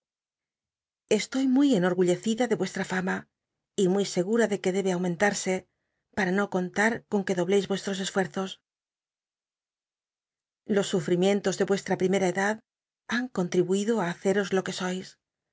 estoy muy enorgullecida con yuestra fa ma y muy segura de que debe aumentarse para no conlar con que doblcis vuestros esfuerzos los sufrimienlos de n rcslra pl'imcra edad han contribuido á haceros lo que sois